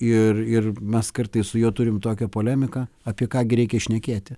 ir ir mes kartais su juo turim tokią polemiką apie ką gi reikia šnekėti